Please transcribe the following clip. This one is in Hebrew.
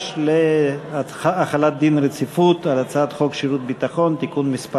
חד"ש להחלת דין רציפות על הצעת חוק שירות ביטחון (תיקון מס'